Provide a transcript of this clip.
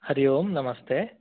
हरि ओम् नमस्ते